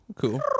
cool